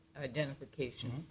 identification